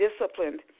disciplined